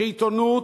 שעיתונות,